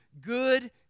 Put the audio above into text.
good